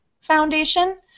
Foundation